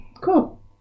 Cool